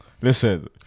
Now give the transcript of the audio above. Listen